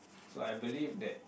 so I believe that